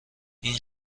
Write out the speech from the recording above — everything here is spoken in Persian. این